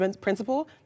principle